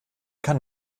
kann